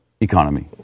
Economy